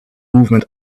movement